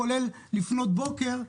כולל לפנות בוקר,